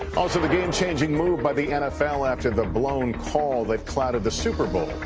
also the game-changing move by the nfl after the blown call that clouded the super bowl.